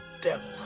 devil